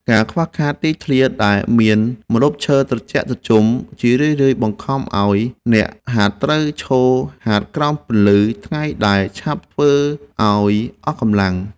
ការខ្វះខាតទីធ្លាដែលមានម្លប់ឈើត្រជាក់ត្រជុំ ជារឿយៗបង្ខំឱ្យអ្នកហាត់ត្រូវឈរហាត់ក្រោមពន្លឺថ្ងៃដែលឆាប់ធ្វើឱ្យអស់កម្លាំង។